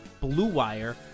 BLUEWIRE